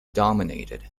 dominated